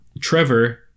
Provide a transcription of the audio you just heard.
Trevor